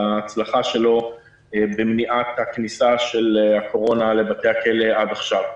ההצלחה שלו במניעת הכניסה של הקורונה לבתי הכלא עד עכשיו.